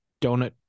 donut